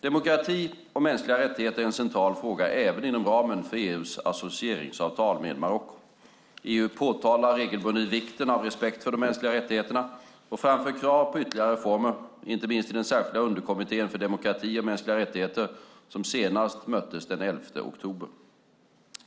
Demokrati och mänskliga rättigheter är en central fråga även inom ramen för EU:s associeringsavtal med Marocko. EU påtalar regelbundet vikten av respekt för de mänskliga rättigheterna och framför krav på ytterligare reformer, inte minst i den särskilda underkommittén för demokrati och mänskliga rättigheter som senast möttes den 11 oktober.